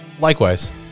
likewise